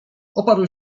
oparł